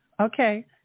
Okay